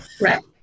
Right